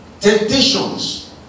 temptations